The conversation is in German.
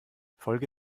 folge